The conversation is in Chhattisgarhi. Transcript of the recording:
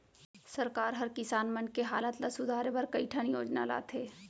सरकार हर किसान मन के हालत ल सुधारे बर कई ठन योजना लाथे